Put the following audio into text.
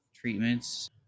treatments